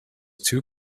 two